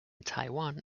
taiwan